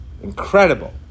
Incredible